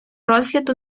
розгляду